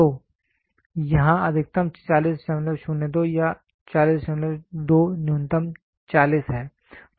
तो यहाँ अधिकतम 4002 या 402 न्यूनतम 40 है